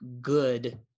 good